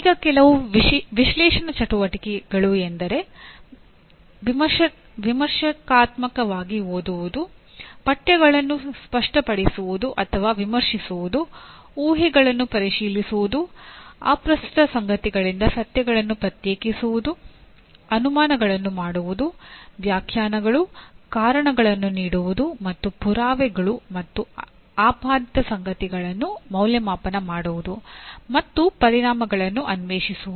ಈಗ ಕೆಲವು ವಿಶ್ಲೇಷಣಾ ಚಟುವಟಿಕೆಗಳು ಎಂದರೆ ವಿಮರ್ಶಾತ್ಮಕವಾಗಿ ಓದುವುದು ಪಠ್ಯಗಳನ್ನು ಸ್ಪಷ್ಟಪಡಿಸುವುದು ಅಥವಾ ವಿಮರ್ಶಿಸುವುದು ಊಹೆಗಳನ್ನು ಪರಿಶೀಲಿಸುವುದು ಅಪ್ರಸ್ತುತ ಸಂಗತಿಗಳಿಂದ ಸತ್ಯಗಳನ್ನು ಪ್ರತ್ಯೇಕಿಸುವುದು ಅನುಮಾನಗಳನ್ನು ಮಾಡುವುದು ವ್ಯಾಖ್ಯಾನಗಳು ಕಾರಣಗಳನ್ನು ನೀಡುವುದು ಮತ್ತು ಪುರಾವೆಗಳು ಮತ್ತು ಆಪಾದಿತ ಸಂಗತಿಗಳನ್ನು ಮೌಲ್ಯಮಾಪನ ಮಾಡುವುದು ಮತ್ತು ಪರಿಣಾಮಗಳನ್ನು ಅನ್ವೇಷಿಸುವುದು